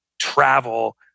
travel